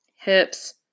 Hips